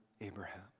Abraham